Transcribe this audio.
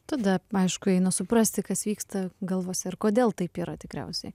tada aišku eina suprasti kas vyksta galvose ir kodėl taip yra tikriausiai